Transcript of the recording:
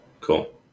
cool